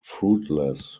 fruitless